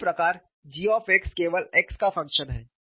इसी प्रकार g केवल x का फंक्शन है